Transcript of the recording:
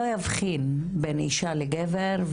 לא יבחין בין אישה לגבר,